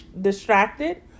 distracted